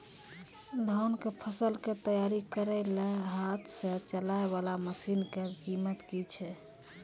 धान कऽ फसल कऽ तैयारी करेला हाथ सऽ चलाय वाला मसीन कऽ कीमत की छै?